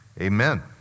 Amen